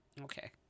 okay